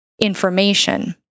information